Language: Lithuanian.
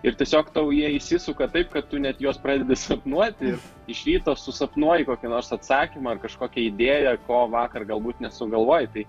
ir tiesiog tau jie įsisuka taip kad tu net jos pradedi sapnuoti iš ryto susapnuoji kokį nors atsakymą kažkokią idėją ko vakar galbūt nesugalvojai tai